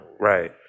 Right